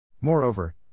Moreover